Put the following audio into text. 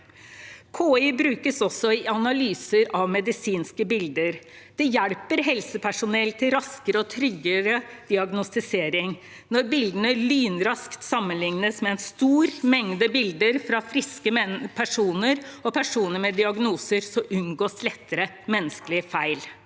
KI brukes også i analyser av medisinske bilder. Det hjelper helsepersonell til raskere og tryggere diagnostisering. Når bildene lynraskt sammenlignes med en stor mengde bilder fra friske personer og personer med diagnoser, unngås lettere menneskelige feil.